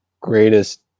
greatest